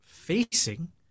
facing